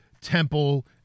Temple